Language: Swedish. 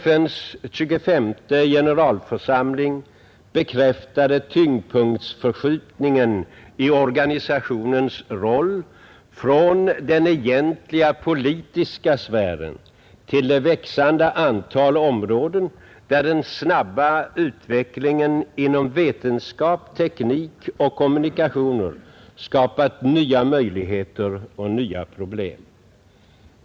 FN:s 25:e generalförsamling bekräftade tyngdpunktsförskjutningen i organisationens roll från den egentliga politiska sfären till det växande antal områden, där den snabba utvecklingen inom vetenskap, teknik och kommunikationer skapat nya möjligheter och nya problem.